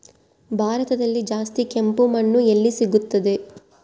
ಭಾರತದಲ್ಲಿ ಜಾಸ್ತಿ ಕೆಂಪು ಮಣ್ಣು ಎಲ್ಲಿ ಸಿಗುತ್ತದೆ?